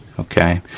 okay,